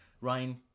Ryan